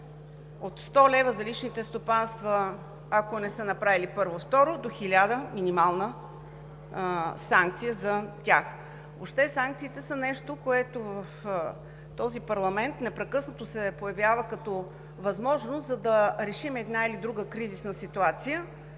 от 100 лв. за личните стопанства, ако не са направили първо, второ, до 1000 лв. минимална санкция за тях. Въобще санкциите са нещо, което в този парламент непрекъснато се появява като възможност, за да решим една или друга кризисна ситуация.